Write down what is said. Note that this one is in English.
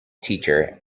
teacher